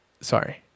sorry